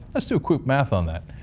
ah so quick math on that.